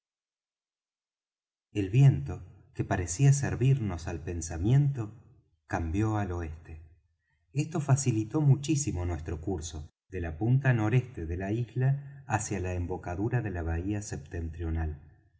el viento que parecía servirnos al pensamiento cambió al oeste esto facilitó muchísimo nuestro curso de la punta noreste de la isla hacia la embocadura de la bahía septentrional